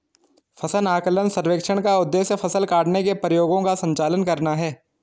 फसल आकलन सर्वेक्षण का उद्देश्य फसल काटने के प्रयोगों का संचालन करना है